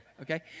Okay